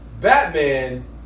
Batman